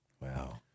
Wow